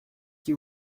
qui